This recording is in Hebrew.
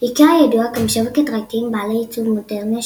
איקאה ידועה כמשווקת רהיטים בעלי עיצוב מודרני,